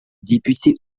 député